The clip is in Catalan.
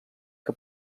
que